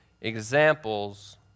examples